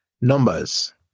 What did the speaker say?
Numbers